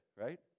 right